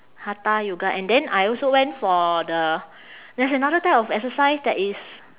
hatha yoga and then I also went for the there's another type of exercise that is